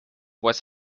was